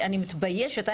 אני מתביישת.